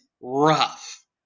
rough